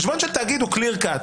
חשבון של תאגיד הוא clear cut.